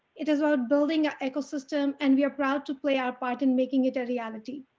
it is about building an ecosystem and we are proud to play our part in making it a reality,